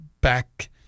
back